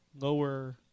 lower